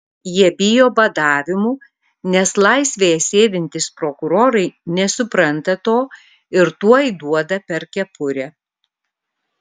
jie bijo badavimų nes laisvėje sėdintys prokurorai nesupranta to ir tuoj duoda per kepurę